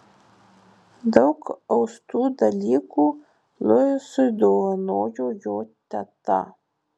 daug austų dalykų luisui dovanojo jo teta